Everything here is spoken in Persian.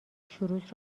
شروط